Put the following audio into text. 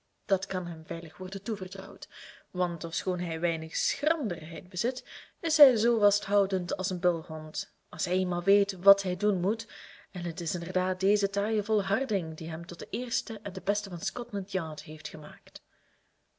dat kan hem veilig worden toevertrouwd want ofschoon hij weinig schranderheid bezit is hij zoo vasthoudend als een bulhond als hij eenmaal weet wat hij doen moet en het is inderdaad deze taaie volharding die hem tot de eerste en de beste van scotland yard heeft gemaakt